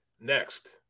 Next